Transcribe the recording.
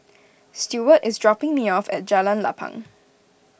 Stuart is dropping me off at Jalan Lapang